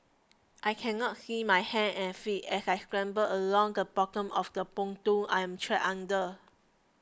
I can not see my hands and feet as I scramble along the bottom of the pontoon I'm trapped under